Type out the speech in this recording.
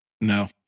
No